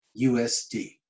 USD